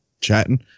chatting